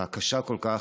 הקשה כל כך,